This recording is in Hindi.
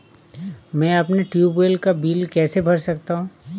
मैं अपने ट्यूबवेल का बिल कैसे भर सकता हूँ?